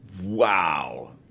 wow